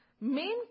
Main